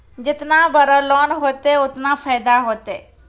जेतना बड़ो लोन होतए ओतना फैदा होतए